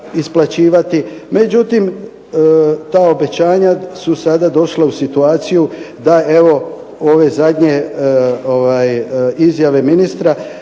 Međutim, ta obećanja su sada došla u situaciju da ove zadnje izjave ministra